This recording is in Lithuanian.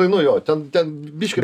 nu jo ten ten biškį